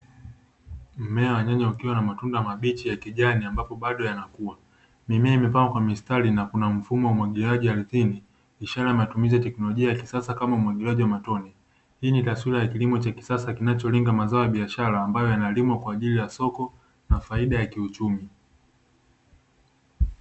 Mmea wa nyanya ukiwa na matunda mabichi ya kijani ambapo bado yanakuwa kwa mistari na kuna mfumo wa umwagiliaji ardhini, ishara ya matumizi ya teknolojia ya kisasa kwa umwagiliaji wa matone, hii ni taswira ya kilimo cha kisasa kinacholenga mazao ya biashara ambayo yanalimwa kwa ajili ya soko na faida ya kiuchumi.